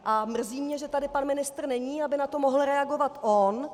A mrzí mě, že tady pan ministr není, aby na to mohl reagovat on.